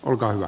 olkaa hyvä